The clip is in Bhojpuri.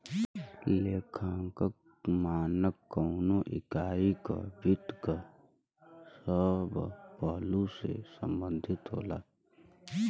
लेखांकन मानक कउनो इकाई क वित्त क सब पहलु से संबंधित होला